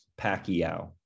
Pacquiao